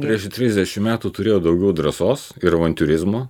prieš trisdešimt metų turėjo daugiau drąsos ir avantiūrizmo